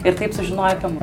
ir taip sužinojo apie mus